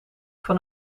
van